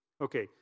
Okay